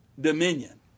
dominion